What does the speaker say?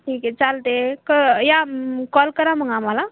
ठीक आहे चालते क या कॉल करा मग आम्हाला